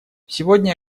сегодня